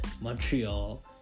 Montreal